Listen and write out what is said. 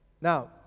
Now